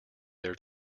their